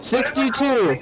Sixty-two